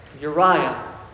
Uriah